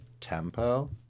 tempo—